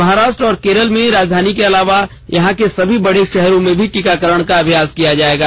महाराष्ट् और केरल में राजधानी के अलावा यहाँ के सभी बड़े शहरों में भी टीकाकरण का अभ्यास किया जाएगा